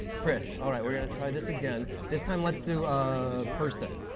chris, all right, we're going to try this again. this time let's do a person,